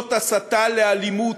זאת הסתה לאלימות.